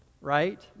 right